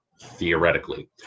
theoretically